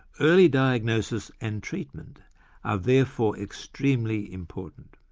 early diagnosis and treatment are therefore extremely important.